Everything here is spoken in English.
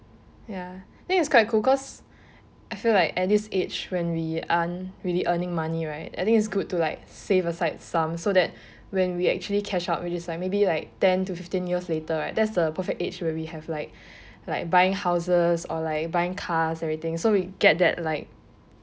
ya that is quite cool because I feel like at this age when we aren't really earning money right I think is good to like save aside some so that when we actually cash out which is like maybe like ten to fifteen years later right that's the perfect age where we have like like buying houses or like buying cars everything so we get that like